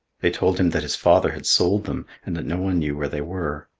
they told him that his father had sold them, and that no one knew where they were.